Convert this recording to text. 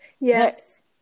yes